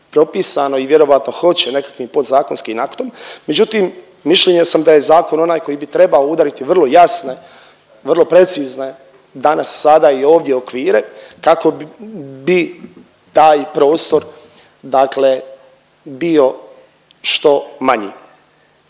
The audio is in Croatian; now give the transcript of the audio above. propisano i vjerojatno hoće nekakvim podzakonskim aktom, međutim mišljenja sam da je zakon onaj koji bi trebao udariti vrlo jasne, vrlo precizne danas, sada i ovdje okvire kako bi taj prostor, dakle bio što manji.